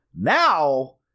Now